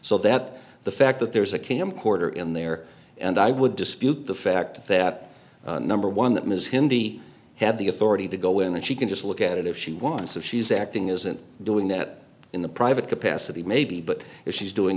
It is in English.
so that the fact that there's a camcorder in there and i would dispute the fact that number one that ms hindi had the authority to go in and she can just look at it if she wants of she's acting isn't doing that in the private capacity maybe but if she's doing